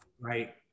Right